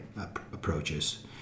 approaches